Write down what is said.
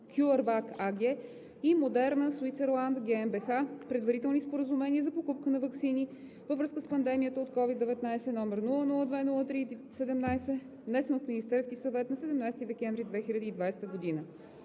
CUREVAC AG и Moderna Switzerland GmbH предварителни споразумения за покупка на ваксини във връзка с пандемията от COVID-19, № 002-03-17, внесен от Министерския съвет на 17 декември 2020 г.